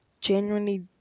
genuinely